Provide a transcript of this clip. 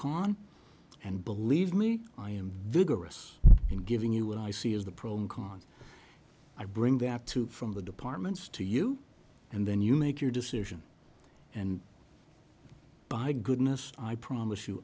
con and believe me i am vigorous in giving you what i see as the pros and cons i bring that to from the departments to you and then you make your decision and by goodness i promise you